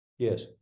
Yes